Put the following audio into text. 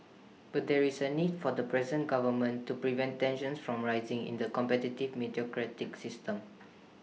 but there is A need for the present government to prevent tensions from rising in the competitive system